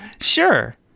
sure